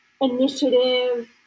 initiative